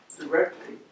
directly